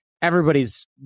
everybody's